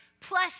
Plus